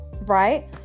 right